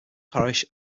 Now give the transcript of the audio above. parish